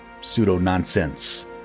pseudo-nonsense